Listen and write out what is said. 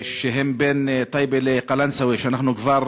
שהם בין טייבה לקלנסואה, שאנחנו כבר